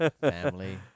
family